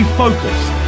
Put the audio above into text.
focused